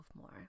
more